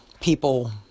people